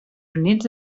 units